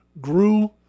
grew